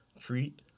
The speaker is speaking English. treat